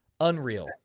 Unreal